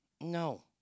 No